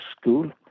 School